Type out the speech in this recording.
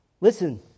Listen